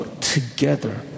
together